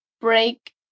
break